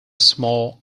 small